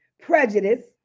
prejudice